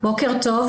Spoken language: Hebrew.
בוקר טוב.